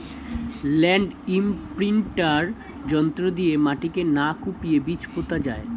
land imprinter যন্ত্র দিয়ে মাটিকে না কুপিয়ে বীজ পোতা যায়